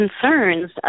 concerns